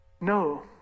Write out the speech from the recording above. no